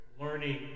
learning